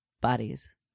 bodies